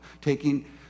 taking